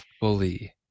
fully